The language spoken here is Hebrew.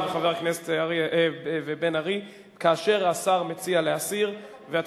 ודאי לא קרה באשמת